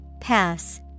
Pass